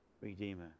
redeemer